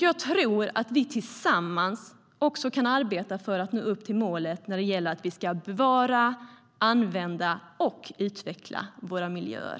Jag tror att vi tillsammans kan arbeta för att nå målet att bevara, använda och utveckla våra miljöer.